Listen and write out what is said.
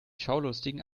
schaulustigen